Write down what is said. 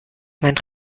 meint